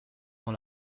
dans